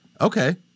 Okay